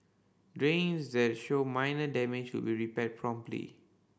drains that show minor damage will repaired promptly